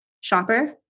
shopper